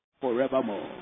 Forevermore